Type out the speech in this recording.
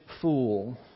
fool